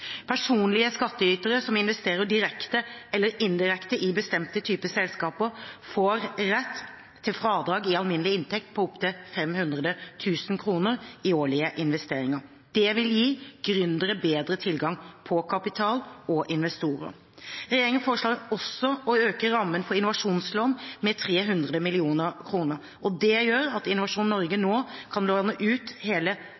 Personlige skatteytere som investerer direkte eller indirekte i bestemte typer selskaper, får rett til fradrag i alminnelig inntekt på opptil 500 000 kr i årlige investeringer. Det vil gi gründere bedre tilgang på kapital og investorer. Regjeringen foreslår også å øke rammen for innovasjonslån med 300 mill. kr, og det gjør at Innovasjon Norge nå kan låne ut hele